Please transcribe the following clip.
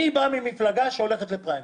אני בא ממפלגה שהולכת לפריימריז,